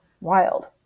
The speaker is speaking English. Wild